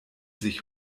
sich